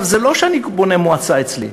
זה לא שאני בונה מועצה אצלי.